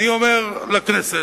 אני אומר לכנסת,